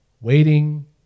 waiting